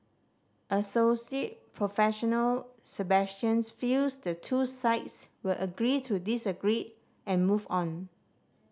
Assoc Prof Sebastian's feels the two sides will agree to disagree and move on